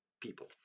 people